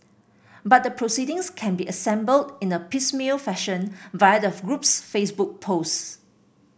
but the proceedings can be assembled in a piecemeal fashion via the group's Facebook posts